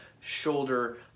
shoulder